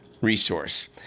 resource